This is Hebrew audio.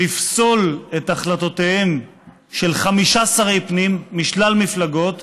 לפסול את החלטותיהם של חמישה שרי פנים משלל מפלגות